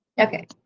Okay